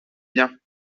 bien